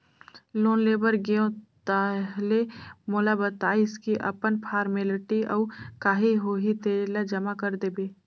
loan ले बर गेंव ताहले मोला बताइस की अपन फारमेलटी अउ काही होही तेला जमा कर देबे